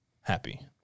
happy